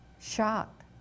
Shocked